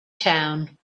town